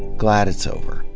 glad it's over.